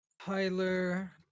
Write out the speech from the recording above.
Tyler